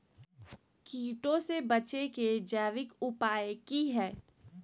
कीटों से बचे के जैविक उपाय की हैय?